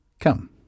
Come